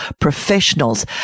professionals